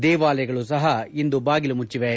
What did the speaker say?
ದೇವಾಲಯಗಳು ಸಪ ಇಂದು ಬಾಗಿಲು ಮುಟ್ಟಿವೆ